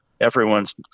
Everyone's